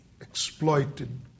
exploited